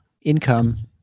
income